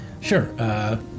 Sure